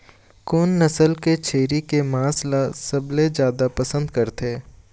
कोन नसल के छेरी के मांस ला सबले जादा पसंद करथे?